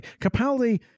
Capaldi